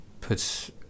puts